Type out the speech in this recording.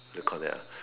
what do you call that ah